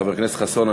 חבר הכנסת חסון,